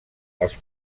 els